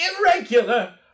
Irregular